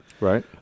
Right